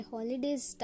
Holiday's